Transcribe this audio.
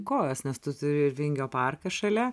kojos nes tu turi ir vingio parką šalia